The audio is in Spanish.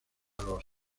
los